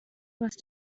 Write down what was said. must